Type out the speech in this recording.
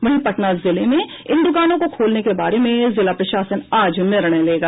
वहीं पटना जिले में इन दुकानों को खोलने के बारे में जिला प्रशासन आज निर्णय लेगा